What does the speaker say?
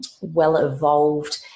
well-evolved